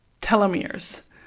telomeres